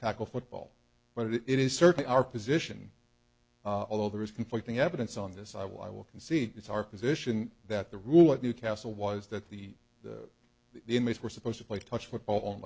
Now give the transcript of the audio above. tackle football but it is certainly our position although there is conflicting evidence on this i will i will concede it's our position that the rule at newcastle was that the the the inmates were supposed to play touch football